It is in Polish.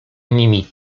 nimi